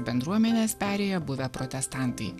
bendruomenes perėję buvę protestantai